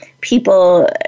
people